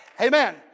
Amen